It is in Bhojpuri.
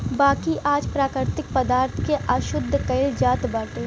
बाकी आज प्राकृतिक पदार्थ के अशुद्ध कइल जात बाटे